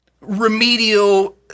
remedial